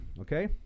okay